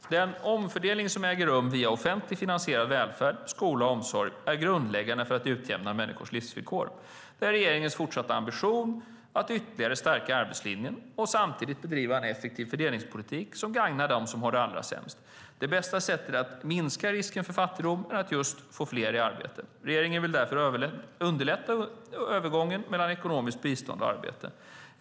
Den omfördelning som äger rum via offentligt finansierad vård, skola och omsorg är grundläggande för att utjämna människors livsvillkor. Det är regeringens fortsatta ambition att ytterligare stärka arbetslinjen och samtidigt bedriva en effektiv fördelningspolitik som gagnar dem som har det allra sämst. Det bästa sättet att minska risken för fattigdom är just att få fler i arbete. Regeringen vill därför underlätta övergången mellan ekonomiskt bistånd och arbete.